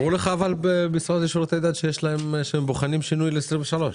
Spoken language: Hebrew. אבל אמרו לך במשרד לשירותי דת שהם בוחנים שינוי ל-2023.